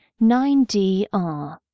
9DR